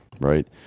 right